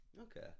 okay